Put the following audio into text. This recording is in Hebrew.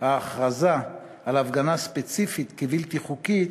ההכרזה על הפגנה ספציפית כבלתי חוקית,